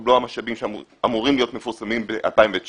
התקבלו המשאבים שאמורים להיות מפורסמים ב-2019.